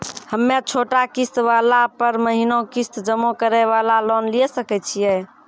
हम्मय छोटा किस्त वाला पर महीना किस्त जमा करे वाला लोन लिये सकय छियै?